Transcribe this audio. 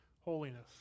holiness